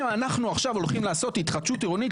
שאתם עכשיו הולכים לעשות התחדשות עירונית.